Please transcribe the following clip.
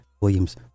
williams